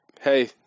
hey